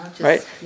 Right